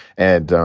and,